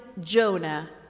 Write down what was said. Jonah